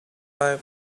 buy